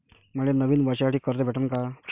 मले नवीन वर्षासाठी कर्ज भेटन का?